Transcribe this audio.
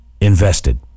invested